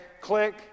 click